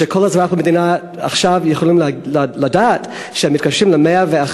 וכל אזרחי המדינה עכשיו יכולים לדעת שכשהם מתקשרים ל-101,